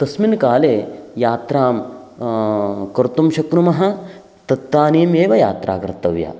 तस्मिन् काले यात्रां कर्तुं शक्नुमः तदानीमेव यात्रा कर्तव्या